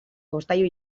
jostailu